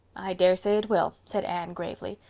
i daresay it will, said anne gravely.